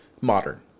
modern